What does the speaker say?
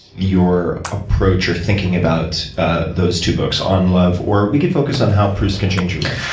your approach or thinking about those two books, on love or we could focus on how proust can change your life.